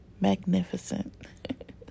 magnificent